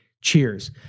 Cheers